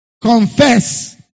Confess